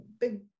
big